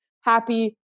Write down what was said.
happy